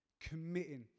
committing